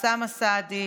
אוסאמה סעדי,